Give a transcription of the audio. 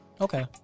Okay